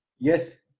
Yes